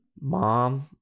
mom